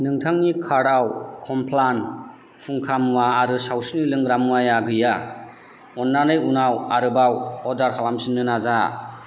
नोंथांनि कार्टआव कमप्लान फुंखा मुवा आरो सावस्रिनि लोंग्रा मुवाया गैया अन्नानै उनाव आरोबाव अर्डार खालामफिननो नाजा